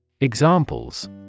Examples